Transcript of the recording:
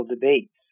debates